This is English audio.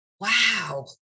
wow